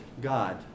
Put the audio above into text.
God